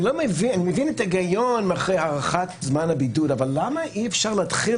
אני מבין את ההיגיון אבל למה אי אפשר להתחיל